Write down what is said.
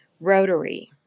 Rotary